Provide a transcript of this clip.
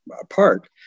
apart